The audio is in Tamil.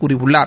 கூறியுள்ளார்